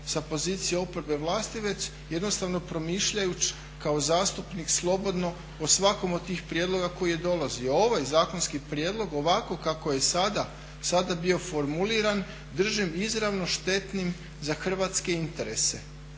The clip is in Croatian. sa opozicije oporbe vlasti već jednostavno promišljajući kao zastupnik slobodno o svakom od tih prijedloga koji je dolazio. A ovaj zakonski prijedlog ovako kako je sada bio formuliran držim izravno štetnim za hrvatske interese